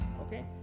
Okay